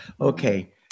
Okay